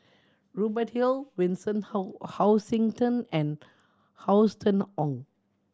Rubert Hill Vincent Hoisington and Austen Ong